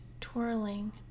twirling